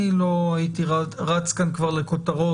אני לא הייתי רץ כאן כבר לכותרות